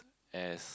as